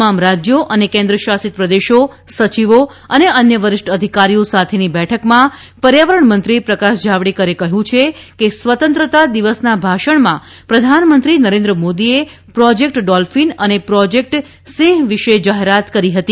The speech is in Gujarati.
તમામ રાજ્યોઅને કેન્દ્ર શાસિત પ્રદેશો સચિવો અને અન્ય વરિષ્ઠ અધિકારીઓ સાથેની બેઠકમાં પર્યાવરણમંત્રી પ્રકાશ જાવડેકરે કહ્યું છે કે સ્વતંત્રતા દિવસના ભાષણમાં પ્રધાનમંત્રી નરેન્દ્ર મોદીએ પ્રોજેક્ટ ડોલ્ફિન અને પ્રોજેક્ટ સિંહવિશે જાહેરાત કરી હતી